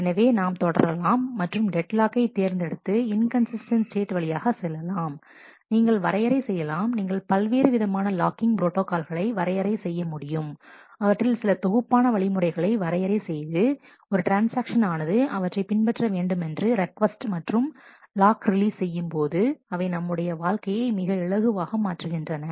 எனவே நாம் தொடரலாம் மற்றும் டெட் லாக்கை தேர்ந்தெடுத்து இன்கன்சிஸ்டன்ட் ஸ்டேட் வழியாக செல்லலாம் நீங்கள் வரையறை செய்யலாம் நீங்கள் பல்வேறு விதமான லாக்கிங் ப்ரோட்டாகால்களை வரையறை செய்ய முடியும் அவற்றில் சில தொகுப்பான வழிமுறைகளை வரையறை செய்து ஒரு டிரன்சாக்சன் ஆனது அவற்றை பின்பற்ற வேண்டுமென்று ரெக் கோஸ்ட் மற்றும் லாக் ரிலீஸ் செய்யும்போது அவை நம்முடைய வாழ்க்கையை மிக இலகுவாக மாற்றுகின்றன